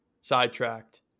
sidetracked